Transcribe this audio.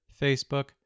Facebook